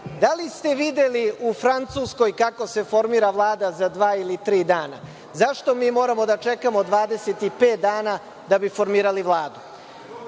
Da li ste videli u Francuskoj kako se formira vlada za dva ili tri dana? Zašto mi moramo da čekamo 25 dana da bi formirali Vladu?